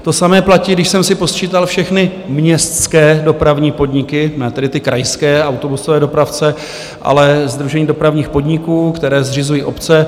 To samé platí, když jsem si posčítal všechny městské dopravní podniky, ne tedy ty krajské autobusové dopravce, ale sdružení dopravních podniků, které zřizují obce.